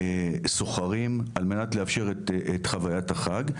סוחרים על מנת לאפשר את חוויית החג,